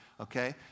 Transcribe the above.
okay